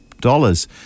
dollars